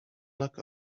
luck